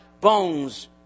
bones